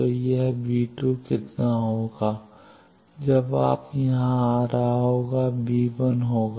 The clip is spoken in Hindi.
तो यह कितना होगा जब यह यहाँ आ रहा है कि होगा